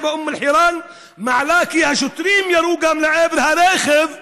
באום אל-חיראן מעלה כי השוטרים ירו גם לעבר הרכב,